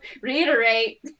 reiterate